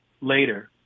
later